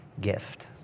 gift